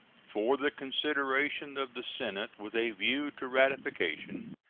for the consideration of the senate with a view to ratification,